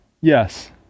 Yes